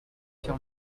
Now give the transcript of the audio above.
sur